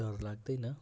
डर लाग्दैन